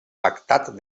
pactat